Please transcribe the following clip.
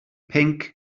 pinc